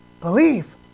believe